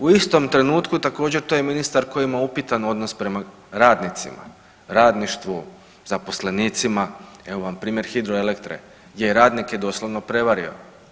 U istom trenutku također to je ministar koji ima upitan odnos prema radnicima, radništvu, zaposlenicima, evo vam primjer Hidroelektre, gdje je radnike doslovno prevario.